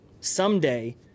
Someday